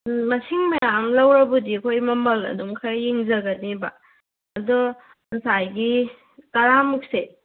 ꯑꯗꯨ ꯃꯁꯤꯡ ꯃꯌꯥꯝ ꯂꯧꯔꯕꯨꯗꯤ ꯑꯩꯈꯣꯏ ꯃꯃꯜ ꯑꯗꯨꯝ ꯈꯔ ꯌꯦꯡꯖꯒꯅꯦꯕ ꯑꯗꯣ ꯉꯁꯥꯏꯒꯤ ꯇꯔꯥꯃꯨꯛꯁꯦ